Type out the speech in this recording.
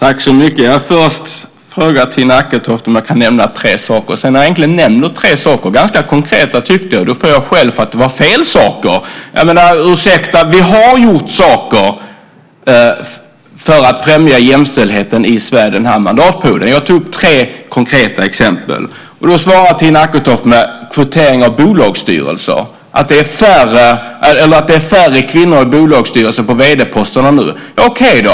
Fru talman! Först frågar Tina Acketoft om jag kan nämna tre saker, och när jag då nämner tre saker, ganska konkreta, får jag skäll för att det var fel saker. Ursäkta! Vi har gjort saker för att främja jämställdheten i Sverige den här mandatperioden, och jag tog tre konkreta exempel. Då svarar Tina Acketoft med kvotering till bolagsstyrelser, att det är färre kvinnor i bolagsstyrelser och på vd-poster nu. Okej då!